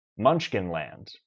Munchkinland